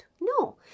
no